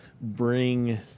bring